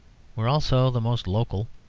were also the most local.